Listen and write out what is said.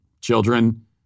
children